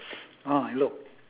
oh hello